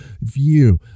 view